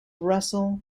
russell